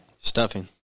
Stuffing